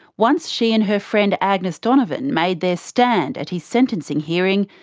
once she and her friend agnes donovan made their stand at his sentencing hearing,